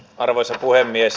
arvoisa puhemies